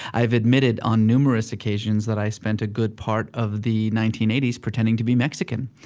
i've admitted on numerous occasions that i spent a good part of the nineteen eighty s pretending to be mexican